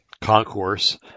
concourse